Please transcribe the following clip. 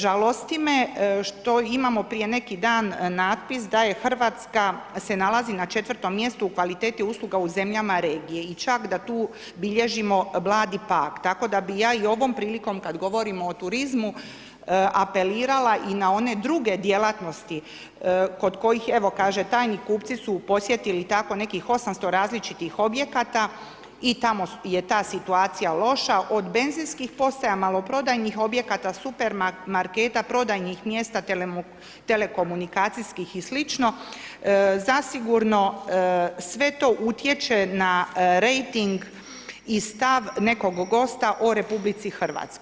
Žalosti me što imamo prije neki dan natpis da Hrvatska se nalazi na 4. mjestu u kvaliteti usluga u zemljama regije i čak da tu bilježimo blagi pad, tako da bi ja i ovom prilikom kada govorimo o turizmu apelirala i na one druge djelatnosti kod kojih evo kaže: tajni kupci su posjetili tako nekih 800 različitih objekata i tamo je ta situacija loša, od benzinskih postaja, maloprodajnih objekata, supermarketa, prodajnih mjesta, telekomunikacijskih i slično, zasigurno sve to utječe na rejting i stav nekog gosta o RH.